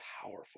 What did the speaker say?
powerful